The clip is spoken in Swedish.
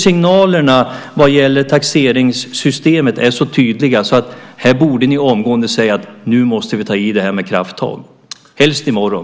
Signalerna vad gäller taxeringssystemet är så tydliga. Här borde ni omgående säga: Nu måste vi ta i det här med krafttag, och helst i morgon.